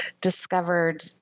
discovered